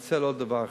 ולומר עוד דבר אחד.